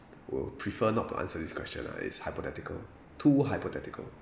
will prefer not to answer this question lah it's hypothetical too hypothetical